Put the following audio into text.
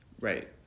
Right